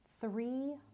three